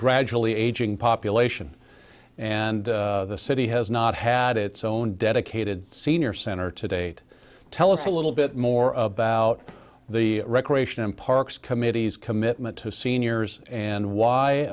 gradually aging population and the city has not had its own dedicated senior center to date tell us a little bit more about the recreation and parks committee's commitment to seniors and why